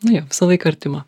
nu jo visą laiką artima